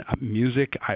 Music